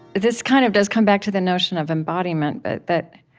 this kind of does come back to the notion of embodiment but that